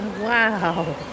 wow